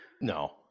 No